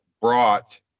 brought